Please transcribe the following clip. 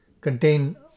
contain